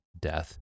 death